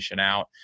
out